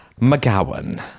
McGowan